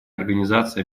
организации